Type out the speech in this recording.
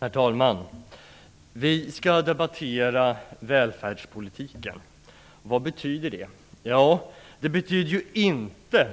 Herr talman! Vi skall debattera välfärdspolitiken. Vad betyder det? Ja, det betyder inte